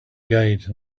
guide